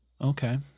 Okay